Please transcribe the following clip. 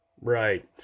Right